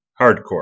hardcore